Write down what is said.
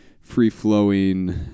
free-flowing